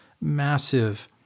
massive